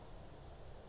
ya ya ya